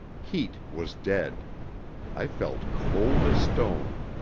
heat was dead i felt cold as stone.